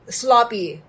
sloppy